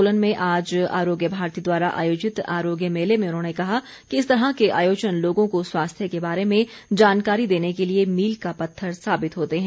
सोलन में आज आरोग्य भारती द्वारा आयोजित आरोग्य मेले में उन्होंने कहा कि इस तरह के आयोजन लोगों को स्वास्थ्य के बारे में जानकारी देने के लिए मील का पत्थर साबित होते हैं